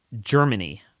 Germany